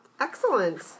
Excellent